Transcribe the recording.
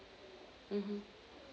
mmhmm